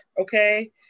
okay